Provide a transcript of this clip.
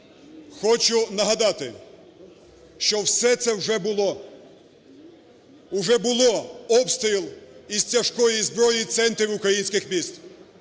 хочу нагадати, що все це вже було. Уже було обстріл із тяжкої зброї центрів українських міст.